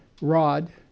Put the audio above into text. rod